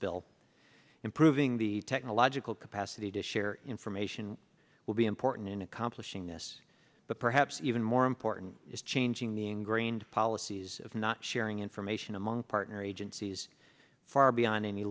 bill improving the technological capacity to share information will be important in accomplishing this but perhaps even more important is changing the ingrained policies of not sharing information among partner agencies far beyond any